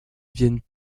viennent